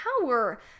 power